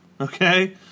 Okay